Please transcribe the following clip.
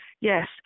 Yes